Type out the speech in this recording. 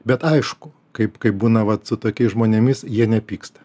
bet aišku kaip kaip būna vat su tokiais žmonėmis jie nepyksta